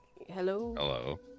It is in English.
Hello